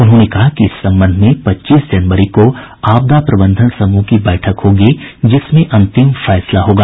उन्होंने कहा कि इस संबंध में पच्चीस जनवरी को आपदा प्रबंधन समूह की बैठक होगी जिसमें अंतिम फैसला होगा